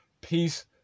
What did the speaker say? Peace